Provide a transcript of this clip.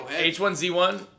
H1Z1